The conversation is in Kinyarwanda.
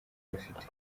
bafite